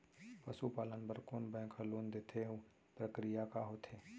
पसु पालन बर कोन बैंक ह लोन देथे अऊ प्रक्रिया का होथे?